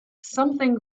something